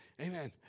Amen